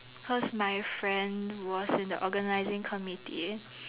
cause my friend was in the organizing committee